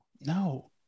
No